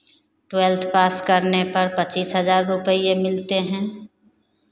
twelfth pass करने पर पचीस हज़ार रुपये मिलते हैं